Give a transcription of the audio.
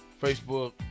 Facebook